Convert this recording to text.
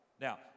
Now